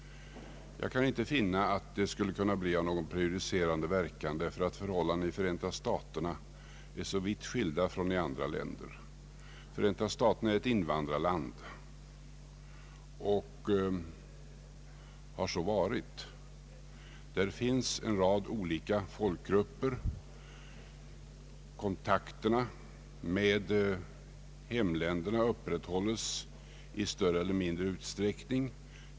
Jag kan inte finna att detta skulle få någon prejudicerande verkan, därför att förhållandena i Förenta staterna är så vitt skilda från för hållandena i andra länder. Förenta staterna är ett invandrarland och har så varit. Där finns en rad olika folkgrupper. Kontakterna med hemländerna upprätthålles i större eller mindre utsträckning.